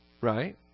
Right